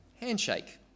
handshake